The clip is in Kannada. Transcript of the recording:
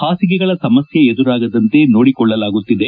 ಹಾಸಿಗೆಗಳ ಸಮಸ್ಥೆ ಎದುರಾಗದಂತೆ ಸೋಡಿಕೊಳ್ಳಲಾಗುತ್ತಿದೆ